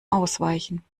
ausweichen